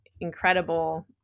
incredible